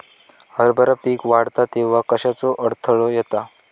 हरभरा पीक वाढता तेव्हा कश्याचो अडथलो येता?